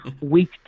week